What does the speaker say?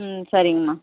ம் சரிங்கம்மா